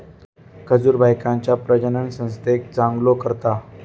खजूर बायकांच्या प्रजननसंस्थेक चांगलो करता